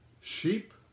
sheep